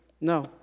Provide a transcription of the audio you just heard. no